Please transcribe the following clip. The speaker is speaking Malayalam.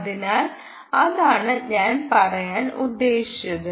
അതിനാൽ അതാണ് ഞാൻ പറയാൻ ഉദ്ദേശിച്ചത്